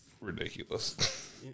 ridiculous